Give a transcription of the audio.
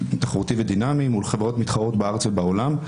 תחרותי ודינמי מול חברות מתחרות בארץ ובעולם.